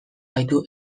gaitu